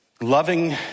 loving